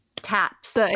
taps